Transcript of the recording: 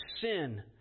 sin